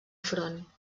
front